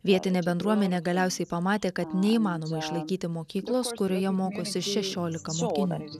vietinė bendruomenė galiausiai pamatė kad neįmanoma išlaikyti mokyklos kurioje mokosi šešiolika mokinių